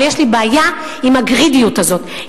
אבל יש לי בעיה עם ה"גרידיות" הזאת,